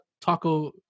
Taco